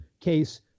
case